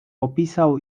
opisał